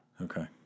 Okay